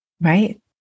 Right